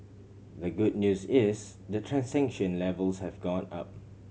the good news is the transaction levels have gone up